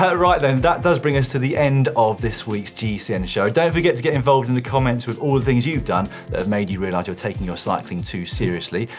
ah right then, that does bring us to the end of this week's gcn show. don't forget to get involved in the comments with all the things you've done that have made you realize you're taking your cycling too seriously,